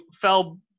fell